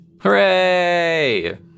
Hooray